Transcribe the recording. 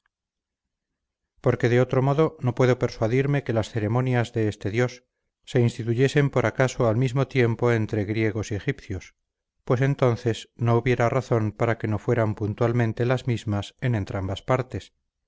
porque de otro modo no puedo persuadirme que las ceremonias de este dios se instituyesen por acaso al mismo tiempo entre griegos y egipcios pues entonces no hubiera razón para que no fueran puntualmente las mismas en entrambas partes